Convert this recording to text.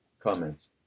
Comments